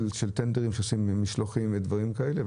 של טנדרים שעושים משלוחים ודברים כאלה,